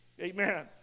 Amen